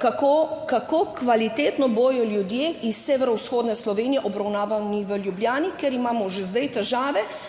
kako kvalitetno bodo ljudje iz severovzhodne Slovenije obravnavani v Ljubljani, ker imamo že zdaj težave,